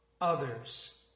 others